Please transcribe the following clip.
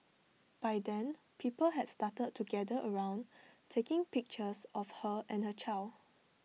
by then people had started to gather around taking pictures of her and her child